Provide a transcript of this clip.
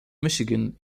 michigan